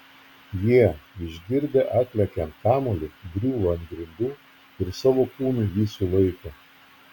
jie išgirdę atlekiant kamuolį griūvą ant grindų ir savo kūnu jį sulaiko